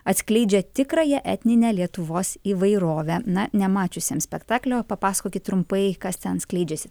atskleidžia tikrąją etninę lietuvos įvairovę na nemačiusiems spektaklio papasakokit trumpai kas ten skleidžiasi